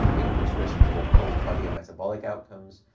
increased risk for poor cardio metabolic outcomes.